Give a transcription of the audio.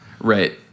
right